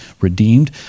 redeemed